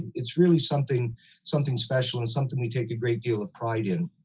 it's really something something special and something we take a great deal of pride in.